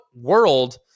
world